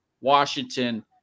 Washington